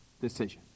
decision